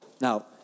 Now